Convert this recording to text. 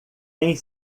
tem